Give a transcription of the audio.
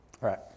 right